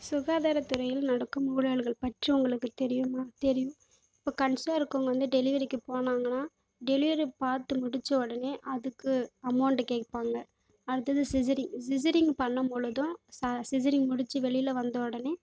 சுகாதார தொழிலில் நடக்கும் ஊழல்கள் பற்றி உங்களுக்கு தெரியுமா தெரியும் இப்போ கன்சிவாக இருக்கவங்க வந்து டெலிவரிக்கு போனாங்கனா டெலிவரி பார்த்து முடித்த உடனே அதுக்கு அமௌண்ட்டு கேட்பாங்க அடுத்தது சீசரி சீசரின் பண்ணும் பொழுதும் ச சீசரிங் முடித்து வெளியில் வந்த உடனே